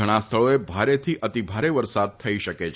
ઘણાં સ્થળોએ ભારેથી અતિભારે વરસાદ થઇ શકે છે